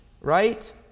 right